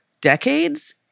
decades